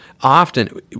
often